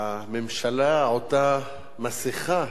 והממשלה עוטה מסכה